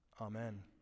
amen